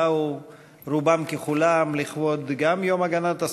שבאו רובם ככולם לכבוד יום הגנת הסביבה,